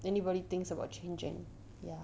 then nobody thinks about changing ya